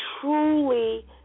truly